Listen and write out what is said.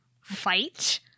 fight